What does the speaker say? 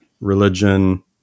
religion